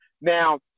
now